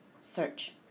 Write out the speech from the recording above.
Search